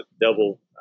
double